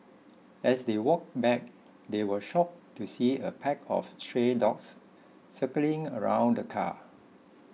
as they walked back they were shock to see a pack of stray dogs circling around the car